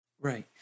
Right